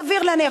סביר להניח,